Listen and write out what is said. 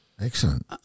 Excellent